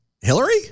Hillary